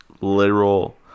literal